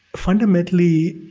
fundamentally,